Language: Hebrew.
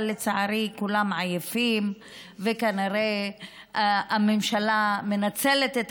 אבל לצערי כולם כעייפים וכנראה הממשלה מנצלת את